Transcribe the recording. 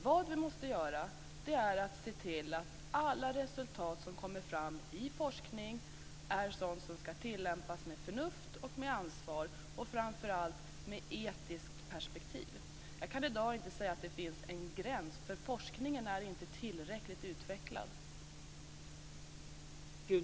Men vi måste se till att alla resultat som kommer fram i forskning är sådant som ska tillämpas med förnuft och med ansvar och framför allt med etiskt perspektiv. Jag kan i dag inte säga att det finns en gräns, för forskningen är inte tillräckligt utvecklad.